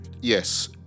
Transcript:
Yes